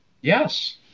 Yes